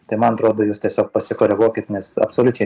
tai man atrodo jūs tiesiog pasikoreguokit nes absoliučiai